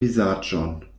vizaĝon